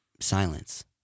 silence